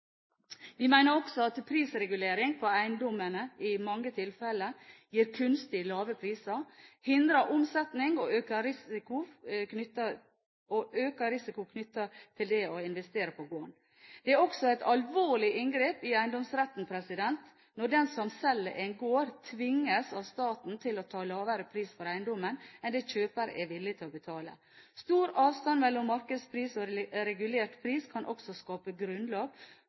Vi mener også at prisregulering på eiendommene i mange tilfeller gir kunstig lave priser, hindrer omsetning og øker risikoen knyttet til det å investere på gården. Det er også et alvorlig inngrep i eiendomsretten når den som selger en gård, tvinges av staten til å ta lavere pris for eiendommen enn det kjøper er villig til å betale. Stor avstand mellom markedspris og regulert pris kan også skape grunnlag